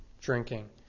drinking